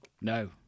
No